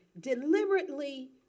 deliberately